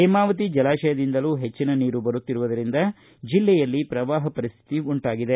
ಹೇಮಾವತಿ ಜಲಾತಯದಿಂದಲೂ ಹೆಚ್ಚಿನ ನೀರು ಬರುತ್ತಿರುವುದರಿಂದ ಜಿಲ್ಲೆಯಲ್ಲಿ ಪ್ರವಾಹ ಪರಿಸ್ಥಿತಿ ಉಂಟಾಗಿದೆ